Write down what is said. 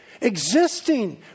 existing